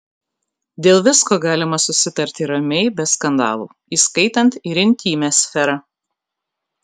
dėl visko galima susitarti ramiai be skandalų įskaitant ir intymią sferą